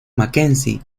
mackenzie